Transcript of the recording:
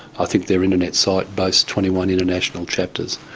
i think their internet site boasts twenty one international chapters.